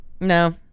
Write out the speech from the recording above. no